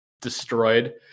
destroyed